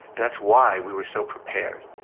that's why we were so prepared.